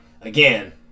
again